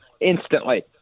instantly